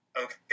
okay